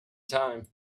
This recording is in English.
time